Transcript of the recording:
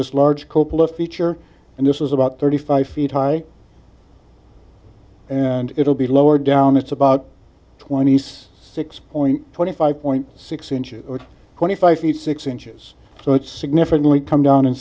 this large coppola feature and this is about thirty five feet high and it will be lowered down it's about twenty six point twenty five point six inches or twenty five feet six inches so it's significantly come down